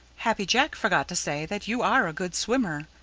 happy jack forgot to say that you are a good swimmer.